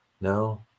no